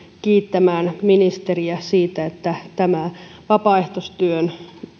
kiittämään ministeriä siitä että tämä vapaaehtoistyön